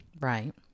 Right